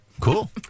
cool